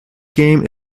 game